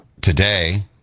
today